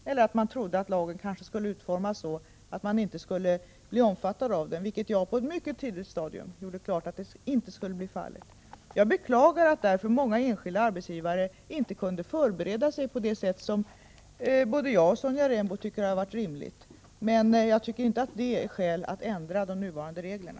Eller också trodde de kanske att lagen skulle utformas så att de inte skulle omfattas av den. På ett mycket tidigt stadium klargjorde jag att så inte skulle bli fallet. Jag beklagar att många enskilda arbetsgivare därför inte kunde förbereda sig på det sätt som både jag och Sonja Rembo tycker hade varit rimligt. Men det är inte skäl för att ändra de nuvarande reglerna.